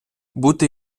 бути